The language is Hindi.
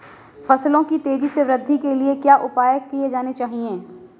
फसलों की तेज़ी से वृद्धि के लिए क्या उपाय किए जाने चाहिए?